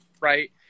Right